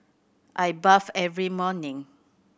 I bathe every morning